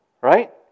right